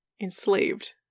enslaved